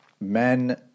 men